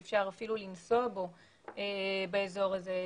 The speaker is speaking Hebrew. אי אפשר אפילו לנסוע בו באזור הזה.